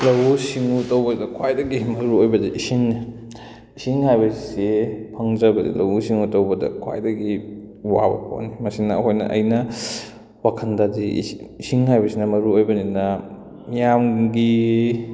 ꯂꯧꯎ ꯁꯤꯡꯎ ꯇꯧꯕꯗ ꯈ꯭ꯋꯥꯏꯗꯒꯤ ꯃꯔꯨ ꯑꯣꯏꯕꯗꯤ ꯏꯁꯤꯡꯅꯤ ꯏꯁꯤꯡ ꯍꯥꯏꯕꯁꯤ ꯐꯪꯗ꯭ꯔꯒꯗꯤ ꯂꯧꯎ ꯁꯤꯡꯎ ꯇꯧꯕꯗ ꯈ꯭ꯋꯥꯏꯗꯒꯤ ꯋꯥꯕ ꯄꯣꯠꯅꯤ ꯃꯁꯤꯅ ꯑꯩꯈꯣꯏꯅ ꯑꯩꯅ ꯋꯥꯈꯟꯗꯗꯤ ꯏꯁꯤꯡ ꯍꯥꯏꯕꯁꯤꯅ ꯃꯔꯨ ꯑꯣꯏꯕꯅꯦꯅ ꯃꯤꯌꯥꯝꯒꯤ